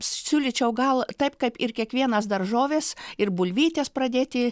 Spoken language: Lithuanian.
siūlyčiau gal taip kaip ir kiekvienas daržoves ir bulvytes pradėti